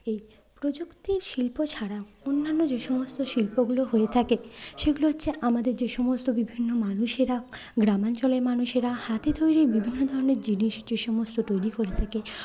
এই প্রযুক্তি শিল্প ছাড়া অন্যান্য যে সমস্ত শিল্পগুলো হয়ে থাকে সেগুলো হচ্ছে আমাদের যে সমস্ত বিভিন্ন মানুষেরা গ্রামাঞ্চলের মানুষেরা হাতে তৈরি বিভিন্ন ধরনের জিনিস যে সমস্ত তৈরি করে থাকে